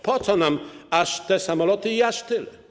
Po co nam aż te samoloty i aż tyle?